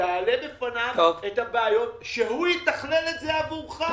ותעלה בפניו את הבעיות ושהוא יתכלל את זה עבורך.